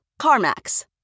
CarMax